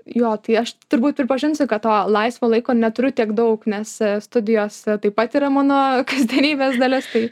jo tai aš turbūt pripažinsiu kad to laisvo laiko neturiu tiek daug nes studijos taip pat yra mano kasdienybės dalis tai